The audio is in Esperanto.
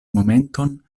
momenton